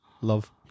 love